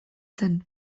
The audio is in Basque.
zen